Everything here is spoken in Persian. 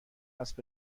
اسب